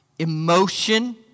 Emotion